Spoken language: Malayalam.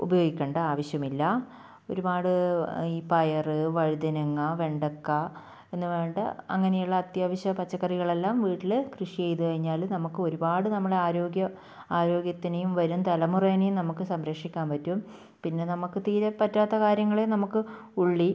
ഉപയോഗിക്കണ്ട ആവശ്യമില്ല ഒരുപാട് ഈ പയർ വഴുതനങ്ങ വെണ്ടക്ക എന്ന് വേണ്ട അങ്ങനെയുള്ള അത്യാവശ്യ പച്ചക്കറികളെല്ലാം വീട്ടിൽ കൃഷി ചെയ്ത് കഴിഞ്ഞാൽ നമുക്ക് ഒരുപാട് നമ്മൾ ആരോഗ്യം ആരോഗ്യത്തിനേയും വരും തലമുറേനേയും നമുക്ക് സംരക്ഷിക്കാൻ പറ്റും പിന്നെ നമുക്ക് തീരെ പറ്റാത്ത കാര്യങ്ങൾ നമുക്ക് ഉള്ളി